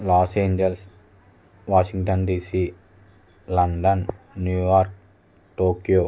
Los Angeles Washington DC London New York Tokyo